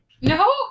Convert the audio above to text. No